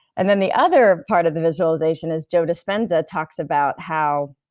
and then the other part of the visualization is joe dispenza talks about how.